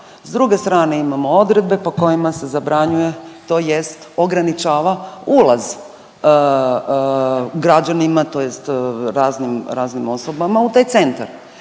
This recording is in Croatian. s druge strane imamo odredbe po kojima se zabranjuje tj. ograničava ulaz građanima tj. raznim, raznim osobama u taj centar.